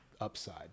upside